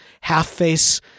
half-face